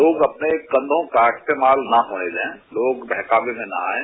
लोग अपने कंबों का इस्तेमाल न होने दे लोग बहकाये में न आये